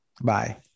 Bye